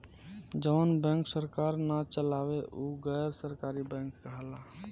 जवन बैंक सरकार ना चलावे उ गैर सरकारी बैंक कहाला